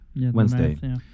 Wednesday